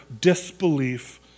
disbelief